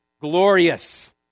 glorious